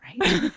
right